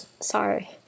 Sorry